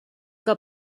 que